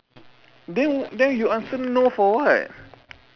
then then you answer no for what